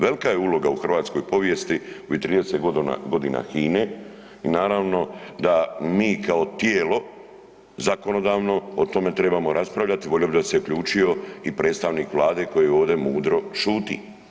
Velika je uloga u hrvatskoj povijesti ovih 30 godina HINE i naravno da mi kao tijelo zakonodavno o tome trebamo raspravljati, volio bi da se je uključio i predstavnik Vlade koji ovdje mudro šuti.